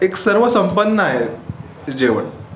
एक सर्व संपन्न आहे जेवण